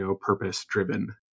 purpose-driven